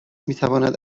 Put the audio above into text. میتواند